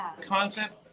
concept